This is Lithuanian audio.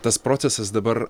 tas procesas dabar